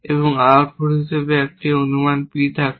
এবং আউটপুট হিসাবে একই অনুমান P থাকে